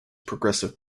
progressive